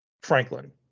Franklin